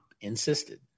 insisted